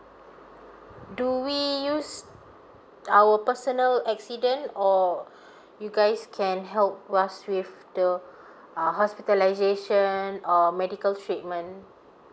do we use our personal accident or you guys can help us with the uh hospitalisation um medical treatment